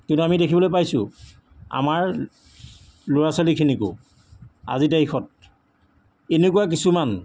কিন্তু আমি দেখিবলৈ পাইছোঁ আমাৰ ল'ৰা ছোৱালীখিনিকো আজিৰ তাৰিখত এনেকুৱা কিছুমান